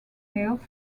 males